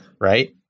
right